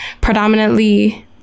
predominantly